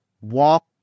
walk